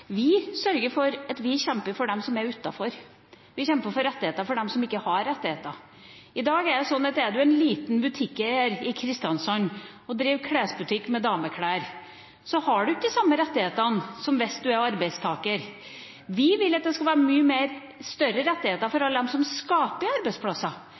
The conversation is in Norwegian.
Vi sørger for å kjempe for dem som er utenfor, vi kjemper for rettigheter til dem som ikke har rettigheter. I dag er det slik at er en en liten butikkeier i Kristiansand og driver klesbutikk med dameklær, har en ikke de samme rettighetene som hvis en er arbeidstaker. Vi vil at det skal være mye større rettigheter for alle dem som skaper arbeidsplasser,